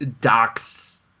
Doc's